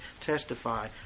testify